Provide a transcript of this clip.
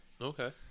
Okay